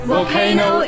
Volcano